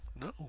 No